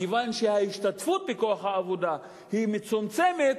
מכיוון שהשתתפות בכוח העבודה היא מצומצמת,